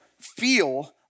feel